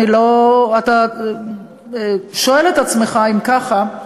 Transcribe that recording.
אתה שואל את עצמך, אם ככה,